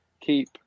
keep